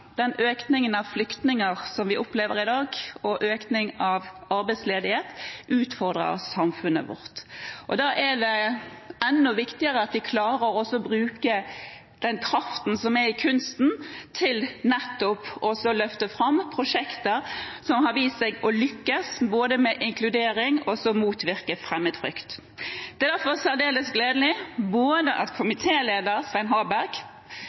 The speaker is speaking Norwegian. den økningen i antall flyktninger som vi opplever i dag, og økningen i arbeidsledighet, som utfordrer samfunnet vårt. Da er det enda viktigere at vi klarer å bruke den kraften som er i kunsten, til nettopp å løfte fram prosjekter som har vist seg å lykkes med både inkludering og å motvirke fremmedfrykt. Det er derfor særdeles gledelig både at komitéleder Svein Harberg